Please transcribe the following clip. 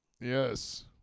Yes